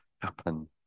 happen